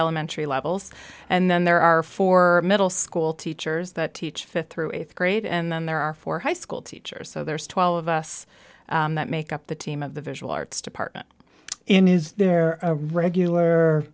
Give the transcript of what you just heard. elementary levels and then there are four middle school teachers that teach fifth through eighth grade and then there are four high school teachers so there's twelve of us that make up the team of the visual arts department in is there a regular